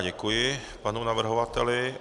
Děkuji panu navrhovateli.